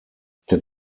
der